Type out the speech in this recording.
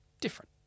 different